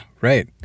right